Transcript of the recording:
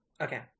Okay